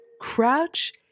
Crouch